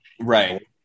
right